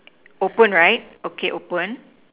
open right okay open